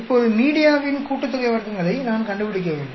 இப்போது மீடியாவின் கூட்டுத்தொகை வர்க்கங்களை நான் கண்டுபிடிக்க வேண்டும்